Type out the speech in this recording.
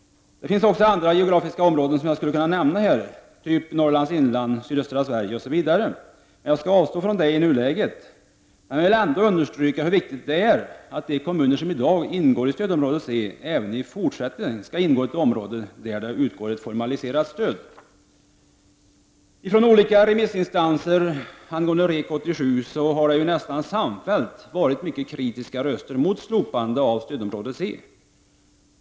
Det finns också andra geografiska områden som jag skulle kunna nämna i detta sammanhang, t.ex. Norrlands inland och sydöstra Sverige. I nuläget skall jag avstå från detta, men jag vill ändå understryka hur viktigt det är att de kommuner som i dag ingår i stödområde C även i fortsättningen skall ingå i ett område, där det utgår ett formaliserat stöd. Från olika remissinstanser har det ju angående REK 87 nästan samfällt höjts mycket kritiska röster mot slopandet av stödområde C.